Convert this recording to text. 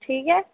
ठीक ऐ